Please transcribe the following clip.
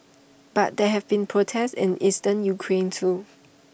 but there have been protests in eastern Ukraine too